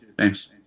Thanks